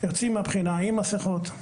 יוצאים מהבחינה עם מסכות.